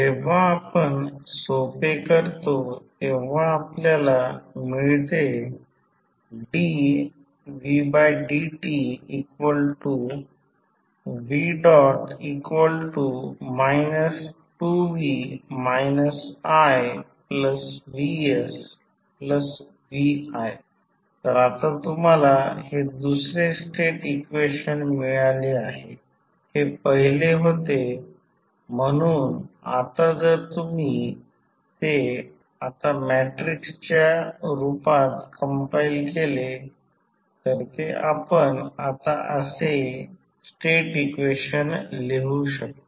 जेव्हा आपण सोपे करतो तेव्हा आपल्याला मिळते dvdtv 2v ivsvi तर आता तुम्हाला हे दुसरे स्टेट इक्वेशन मिळाले आहे हे पहिले होते म्हणून आता जर तुम्ही ते आता मॅट्रिक्सच्या रूपात कंपाईल केले तर ते आपण आता असे स्टेट इक्वेशन लिहू शकतो